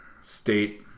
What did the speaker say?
state